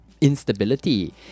Instability